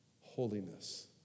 Holiness